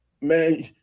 Man